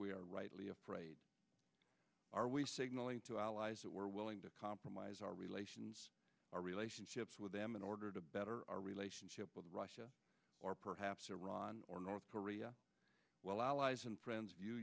we are rightly afraid are we signaling to allies that we're willing to compromise our relations our relationships with them in order to better our relationship with russia or perhaps iran or north korea well our allies and friends